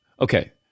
Okay